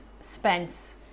Spence